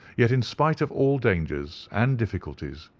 yet in spite of all dangers and difficulties,